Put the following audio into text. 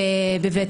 בבית